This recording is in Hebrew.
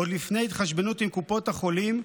עוד לפני התחשבנות עם קופות החולים,